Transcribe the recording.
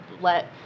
let